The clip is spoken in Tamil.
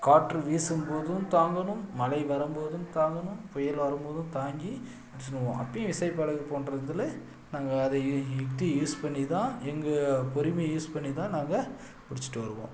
காற்று வீசும் போதும் தாங்கணும் மழை வரம்போதும் தாங்கணும் புயல் வரம்போதும் தாங்கி பிடிச்சிடுவோம் அப்பையும் விசை படகு போன்றதில் நாங்கள் அதை யுக்தியை யூஸ் பண்ணி தான் எங்கள் பொறுமையை யூஸ் பண்ணி தான் நாங்கள் பிடிச்சிட்டு வருவோம்